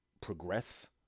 progress